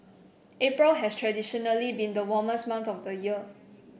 April has traditionally been the warmest month of the year